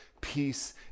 peace